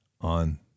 on